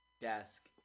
desk